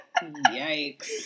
Yikes